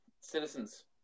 citizens